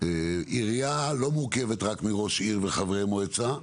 עירייה לא מורכבת רק מראש עיר ומחברי מועצה,